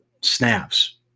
snaps